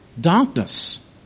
darkness